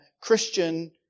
Christian